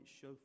show